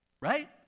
Right